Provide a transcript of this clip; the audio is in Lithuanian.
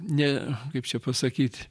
ne kaip čia pasakyt